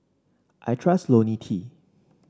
I trust IoniL T